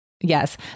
yes